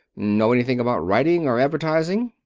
know anything about writing, or advertising?